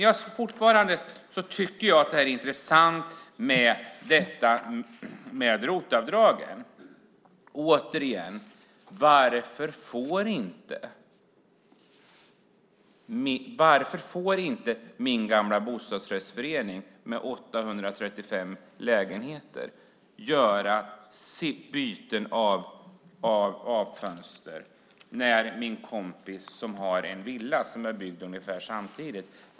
Jag tycker att det är intressant med ROT-avdragen. Varför får inte min gamla bostadsrättsförening med 835 lägenheter göra byten av fönster när min kompis som har en villa som är byggd ungefär samtidigt får göra det?